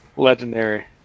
Legendary